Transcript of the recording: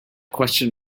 question